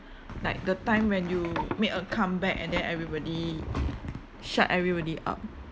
like the time when you made a comeback and then everybody shut everybody up